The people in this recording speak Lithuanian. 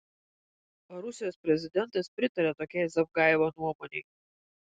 ar rusijos prezidentas pritaria tokiai zavgajevo nuomonei